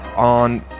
On